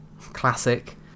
classic